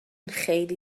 خیلی